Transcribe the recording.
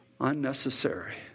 unnecessary